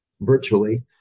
virtually